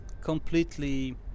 completely